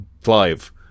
Five